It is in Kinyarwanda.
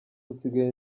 nsigaye